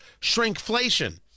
shrinkflation